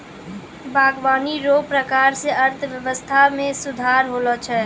बागवानी रो प्रकार से अर्थव्यबस्था मे सुधार होलो छै